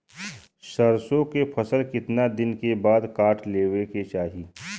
सरसो के फसल कितना दिन के बाद काट लेवे के चाही?